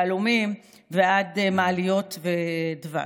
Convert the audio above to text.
יהלומים ועד מעליות ודבש.